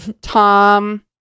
tom